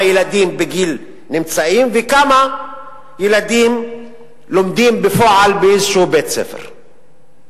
ילדים בגיל נמצאים וכמה ילדים לומדים בפועל בבית-ספר כלשהו.